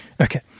Okay